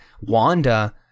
wanda